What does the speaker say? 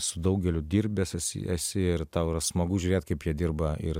su daugeliu dirbęs esi esi ir tau yra smagu žiūrėt kaip jie dirba ir